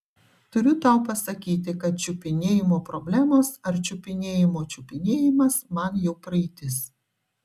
turiu tau pasakyti kad čiupinėjimo problemos ar čiupinėjimo čiupinėjimas man jau praeitis